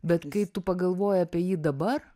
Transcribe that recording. bet kai tu pagalvoji apie jį dabar